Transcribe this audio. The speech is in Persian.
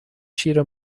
شیر